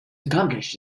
accomplished